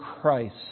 Christ